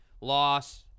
loss